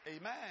Amen